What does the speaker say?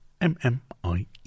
m-m-i-e